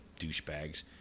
douchebags